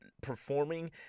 performing